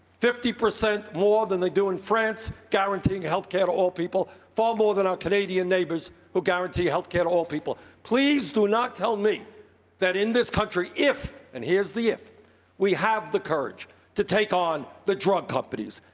fifty percent more than they do in france guaranteeing health care to all people, far more than our canadian neighbors, who guarantee health care to all people. please do not tell me that in this country, if and here's the if we have the courage to take on the drug companies,